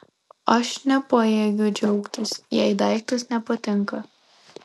aš nepajėgiu džiaugtis jei daiktas nepatinka